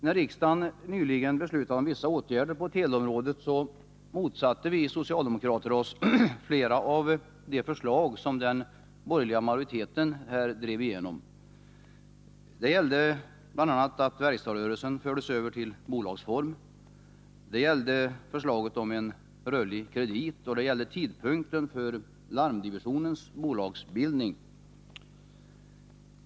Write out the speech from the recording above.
När riksdagen nyligen beslutade om vissa åtgärder på teleområdet motsatte vi socialdemokrater oss flera av de förslag som den borgerliga majoriteten här drev igenom. Det gällde bl.a. att verkstadsrörelsen fördes över till bolagsform, förslaget om en rörlig kredit och tidpunkten för larmdivisionens bolagsbildning.